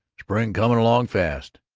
spring coming along fast.